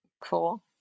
Cool